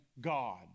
God